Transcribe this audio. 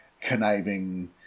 conniving